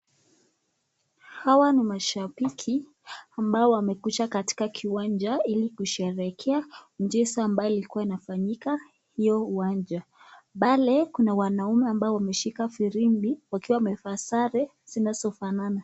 Hawa ni mashabiki ambao wamekuja Kwa kiwanja ili kusherekea jinsi ambao ilikuwa inafanyika iyo uwanja, pale kuna wanaume ambao wameshika virimbi wakiwa wamefaa sare zinasofanana.